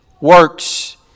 works